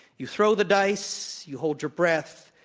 you throw the dice, you hold your breath,